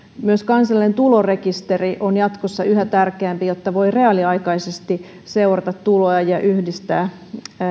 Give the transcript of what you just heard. myös kansallinen tulorekisteri on jatkossa yhä tärkeämpi jotta voi reaaliaikaisesti seurata tuloja ja yhdistää